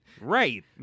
Right